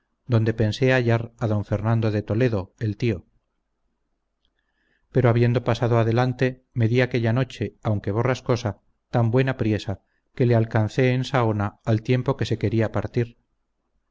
adonde pensé hallar a d fernando de toledo el tío pero habiendo pasado adelante me di aquella noche aunque borrascosa tan buena priesa que le alcancé en saona al tiempo que se quería partir